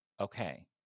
Okay